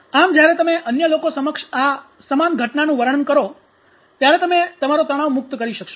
આમ જ્યારે તમે અન્ય લોકો સમક્ષ આ સમાન ઘટનાનું વર્ણન કરો ત્યારે તમે તમારો તણાવ મુક્ત કરી શકશો